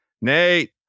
Nate